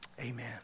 Amen